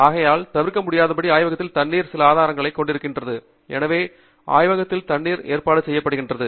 ஆகையால் தவிர்க்க முடியாதபடி ஆய்வகத்தில் தண்ணீர் சில ஆதாரங்களைக் கொண்டிருக்கிறது எனவே ஆய்வகத்தில் தண்ணீர் ஏற்பாடு செய்யப்படுகிறது